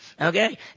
Okay